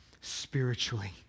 spiritually